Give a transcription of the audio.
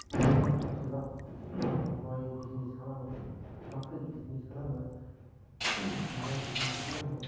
जोंनि ओनसोलाव गय बिजनेस खालामो माखै बिजनेस खालामो माइनि बिजनेस खालामो